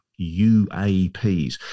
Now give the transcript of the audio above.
UAPs